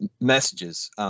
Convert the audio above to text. messages